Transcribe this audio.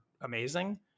amazing